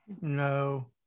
no